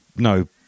No